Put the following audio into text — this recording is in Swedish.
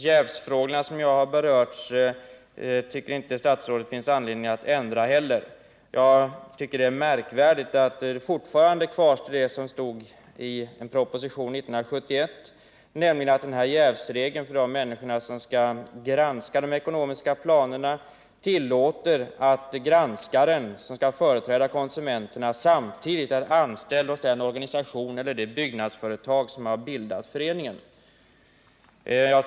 Statsrådet tycker inte heller att det finns anledning att ändra bestämmelserna när det gäller jävsfrågan, som jag också har berört i min fråga. Jag tycker det är märkligt att den regel som tillkom i anledning av en proposition från 1971 fortfarande står kvar, dvs. den jävsregel som gäller för dem som skall granska de ekonomiska planerna. Den tillåter nämligen en granskare att samtidigt vara anställd hos den organisation eller det byggnadsföretag som har bildat bostadsrättsföreningen i fråga.